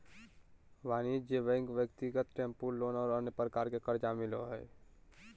वाणिज्यिक बैंक ब्यक्तिगत tempo loan और अन्य प्रकार के कर्जा मिलो हइ